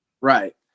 Right